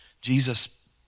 Jesus